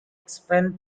expanded